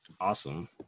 Awesome